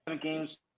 games